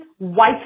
white